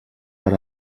per